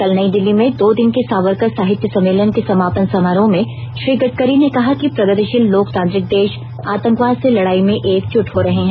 कल नई दिल्ली में दो दिन के सावरकर साहित्य सम्मेलन के समापन समारोह में श्री गडकरी ने कहा कि प्रगतिशील लोकतांत्रिक देश आतंकवाद से लड़ाई में एक जुट हो रहे हैं